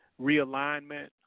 realignment